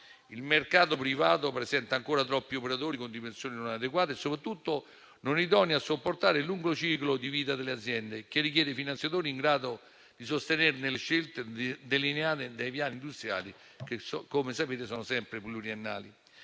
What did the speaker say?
Il mercato privato presenta ancora troppi operatori con dimensioni non adeguate e soprattutto non idonee a supportare il lungo ciclo di vita delle aziende, che richiede finanziatori in grado di sostenerne le scelte, delineate dai piani industriali che, come sapete, sono sempre pluriennali.